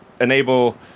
enable